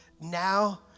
Now